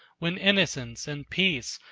when innocence, and peace,